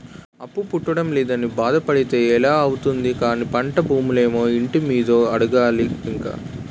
అప్పు పుట్టడం లేదని బాధ పడితే ఎలా అవుతుంది కానీ పంట ఋణమో, ఇంటి మీదో అడగాలి ఇంక